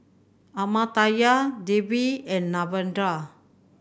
Amartya Devi and Narendra